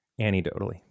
Anecdotally